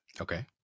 okay